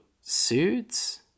Suits